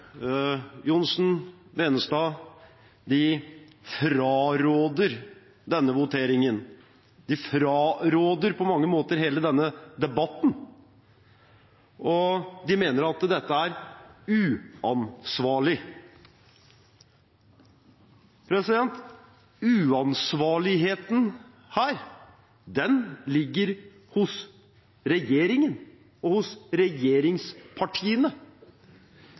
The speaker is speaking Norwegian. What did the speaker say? Johnsen, Tveiten Benestad – fraråder denne voteringen. De fraråder på mange måter hele denne debatten, de mener at dette er uansvarlig. Uansvarligheten her ligger hos regjeringen og hos regjeringspartiene